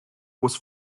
was